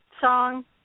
song